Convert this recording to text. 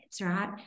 right